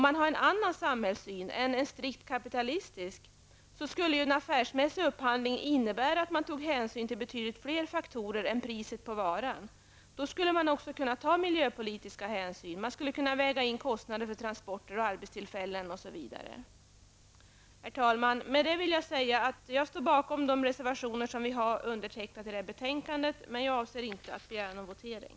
Med en annan samhällssyn än den strikt kapitalistiskt marknadsekonomiska skulle en affärsmässig upphandling innebära att man tog hänsyn till betydligt fler faktorer än priset på varan. Då skulle man också kunna ta miljöpolitiska hänsyn, man skulle kunna väga in kostnader för transporter och arbetstillfällen m.m. Herr talman! Med detta ställer jag mig bakom de reservationer som vi har undertecknat i detta betänkande, men jag avser inte att begära votering.